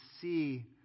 see